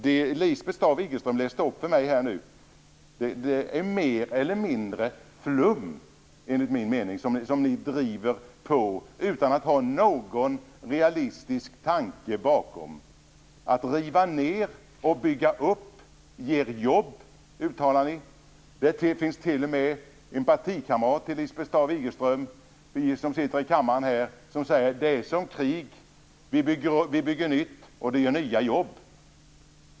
Det som Lisbeth Staaf-Igelström läste upp för mig här är enligt min mening mer eller mindre flum som ni driver på utan att ha någon realistisk tanke bakom. Att riva ned och bygga upp ger jobb, säger ni. Det finns t.o.m. en partikamrat till Lisbeth Staaf-Igelström som sitter här i kammaren och som säger att det är som krig, att man bygger nytt och att det ger nya jobb.